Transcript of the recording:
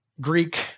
Greek